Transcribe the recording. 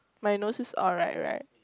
my nose is alright [right]